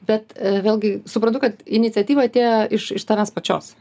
bet vėlgi suprantu kad iniciatyva atėjo iš iš tavęs pačios